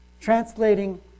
translating